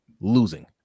losing